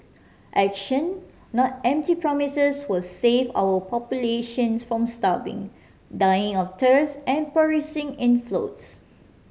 action not empty promises will save our populations from starving dying of thirst and perishing in floods